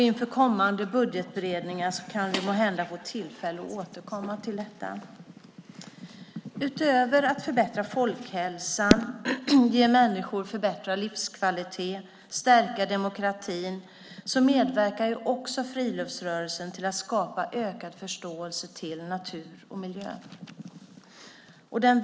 Inför kommande budgetberedningar kan vi måhända få tillfälle att återkomma till detta. Utöver att förbättra folkhälsan, ge människor förbättrad livskvalitet och stärka demokratin medverkar friluftsrörelsen till att skapa ökad förståelse för natur och miljö.